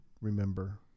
remember